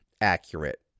accurate